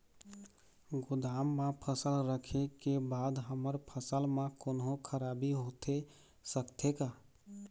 गोदाम मा फसल रखें के बाद हमर फसल मा कोन्हों खराबी होथे सकथे का?